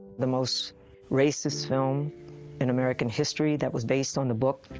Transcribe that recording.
the most racist film in american history that was based on the book,